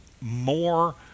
more